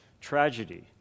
tragedy